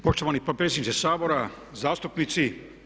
Poštovani potpredsjedniče Sabora, zastupnici.